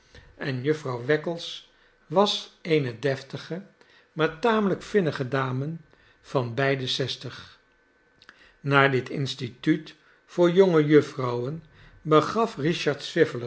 en jufvrouw wackles was eene deftige maar tamelijk vinnige dame van bij de zestig naar dit instituut voor jonge jufvrouwen begaf